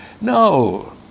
No